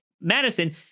Madison